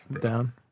Down